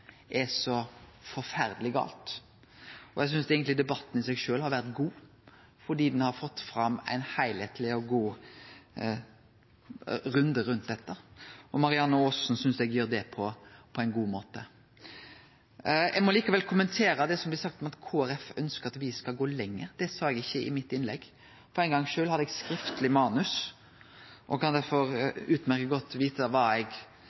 er så forferdeleg gale. Eg synest eigentleg debatten i seg sjølv har vore god, fordi den har fått fram ein heilskapleg og god runde rundt dette, og Marianne Aasen synest eg gjer det på ein god måte. Eg må likevel kommentere det som blir sagt om at Kristeleg Folkeparti ønskjer at me skal gå lenger. Det sa eg ikkje i innlegget mitt. For ein gongs skuld hadde eg manus, og kan derfor utmerkt godt vite kva eg